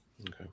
Okay